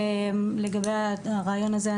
לגבי הרעיון הזה,